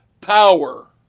power